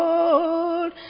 Lord